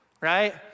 right